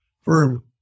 firm